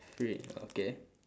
three okay